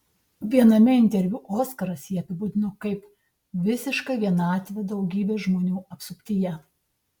viename interviu oskaras jį apibūdino kaip visišką vienatvę daugybės žmonių apsuptyje